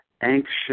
anxious